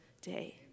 day